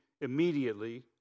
immediately